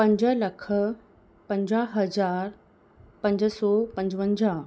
पंज लख पंजाह हज़ार पंज सौ पंजवंजाह